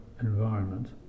environment